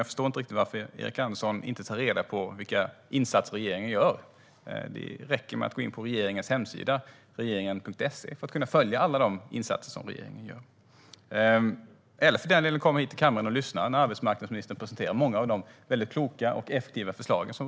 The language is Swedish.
Jag förstår inte riktigt varför Erik Andersson inte tar reda på vilka insatser regeringen gör. Det räcker med att gå in på regeringens hemsida, regeringen.se, för att kunna följa alla insatser som regeringen gör. Man kan också komma hit till kammaren och lyssna när arbetsmarknadsministern presenterar regeringens många kloka och effektiva förslag.